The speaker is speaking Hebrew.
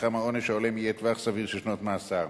מתחם העונש ההולם יהיה טווח סביר של שנות מאסר,